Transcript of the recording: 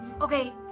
Okay